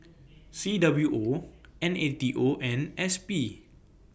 C W O N A T O and S P